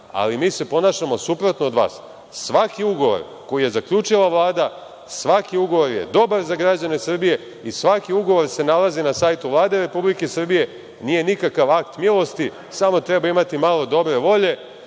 ali mi se ponašamo suprotno od vas. Svaki ugovor koji je zaključila Vlada, svaki ugovor je dobar za građane Srbije i svaki ugovor se nalazi na sajtu Vlade Republike Srbije. Nije nikakav akt milosti, samo treba imati malo dobre volje,